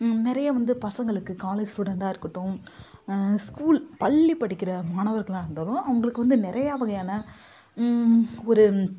நிறைய வந்து பசங்களுக்கு காலேஜ் ஸ்டூடண்ட்டாக இருக்கட்டும் ஸ்கூல் பள்ளி படிக்கின்ற மாணவர்களாக இருந்தாலும் அவர்களுக்கு வந்து நிறையா வகையான ஒரு